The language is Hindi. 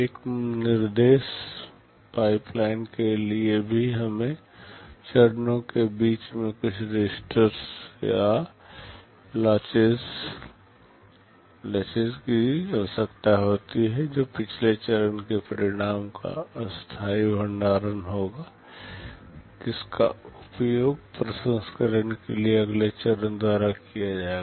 एक निर्देश पाइपलाइन के लिए भी हमें चरणों के बीच में कुछ रजिस्टरों या लाचेस की आवश्यकता होती है जो पिछले चरण के परिणाम का अस्थायी भंडारण होगा जिसका उपयोग प्रसंस्करण के लिए अगले चरण द्वारा किया जाएगा